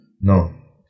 No